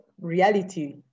reality